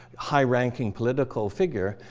high ranking political figure.